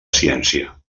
ciència